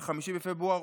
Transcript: ב-5 בפברואר,